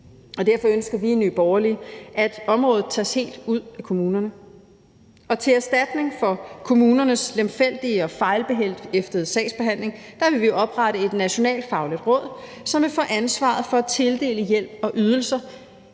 Derfor ønsker vi i Nye Borgerlige, at området tages helt ud af kommunerne. Og til erstatning for kommunernes lemfældige og fejlbehæftede sagsbehandling vil vi oprette et nationalfagligt råd, som vil få ansvaret for at tildele hjælp og ydelser